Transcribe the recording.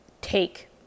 take